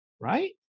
right